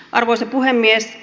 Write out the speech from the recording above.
arvoisa puhemies